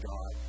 God